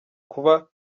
kuba